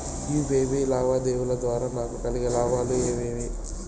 UPI లావాదేవీల ద్వారా నాకు కలిగే లాభాలు ఏమేమీ?